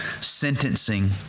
sentencing